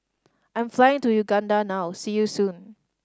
I am flying to Uganda now see you soon